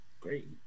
great